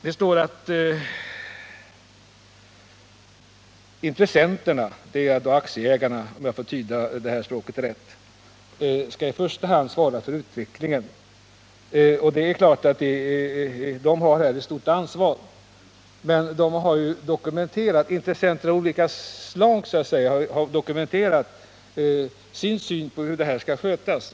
Det står att i första hand intressenterna — och det är då aktieägarna om jag kan tyda det här språket rätt — skall svara för utvecklingen. Det är klart att de har ett stort ansvar. Intressenter av olika slag har ju dokumenterat sin syn på hur det här skall skötas.